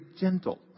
gentle